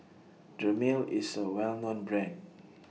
Dermale IS A Well known Brand